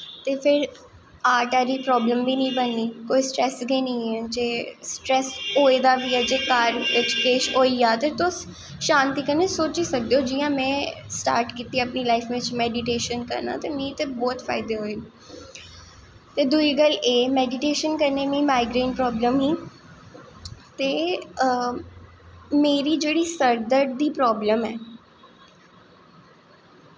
तो फिर हार्ट आह्ली प्रॉब्लम बी निं बननी स्ट्रेस गै निं ऐ जे स्ट्रेस होए दा बी ऐ तां ठीक जे किश होई जा ते तुस शांति कन्नै सोची सकदे जि'यां में स्टार्ट कीती अपनी लाइफ बिच मेडिटेशन करना ते मिगी ते बहोत फायदे होए ते दूई गल्ल एह् में मेडिटेशन करने कन्नै मिगी माइग्रेन प्रॉब्लम ही ते मेरी जेह्ड़ी सरदर्द दी प्रॉब्लम ऐ